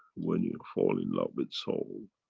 when you fall in love with soul,